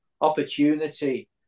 opportunity